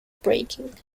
breaking